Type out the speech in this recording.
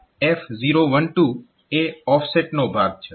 અને આ F012 એ ઓફસેટનો ભાગ છે